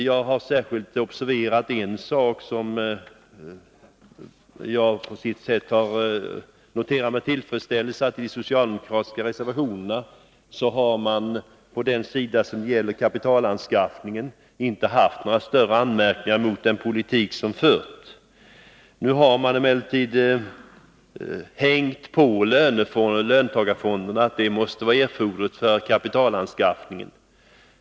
Jag har särskilt observerat en sak, som jag på sätt och vis noterar med tillfredsställelse, nämligen att i de socialdemokratiska reservationerna har man på den sida som gäller kapitalanskaffningen inte haft några större anmärkningar mot den politik som förts. Man har emellertid hängt på löntagarfonderna som någonting erforderligt för kapitalanskaffningen.